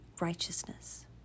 Righteousness